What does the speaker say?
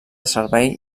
servei